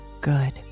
good